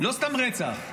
לא סתם רצח.